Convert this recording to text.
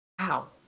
Wow